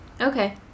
Okay